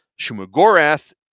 Shumagorath